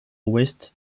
ouest